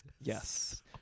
Yes